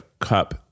cup